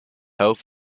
health